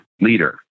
leader